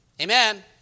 Amen